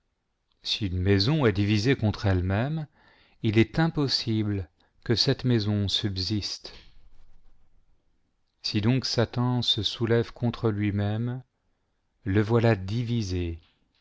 si une maison est divisée contre elle-même il est impossible que cette maison subsiste si donc satan se soulève contre lui-même le voilà divisé